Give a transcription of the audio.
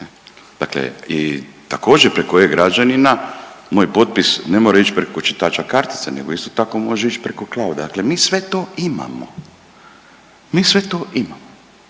Dakle i također preko e-građanina moj potpis ne mora ići preko čitača kartica, nego isto tako može ići preko clouda. Dakle, mi sve to imamo, mi sve to imamo